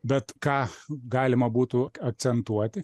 bet ką galima būtų akcentuoti